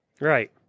Right